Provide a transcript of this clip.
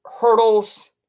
hurdles